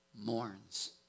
mourns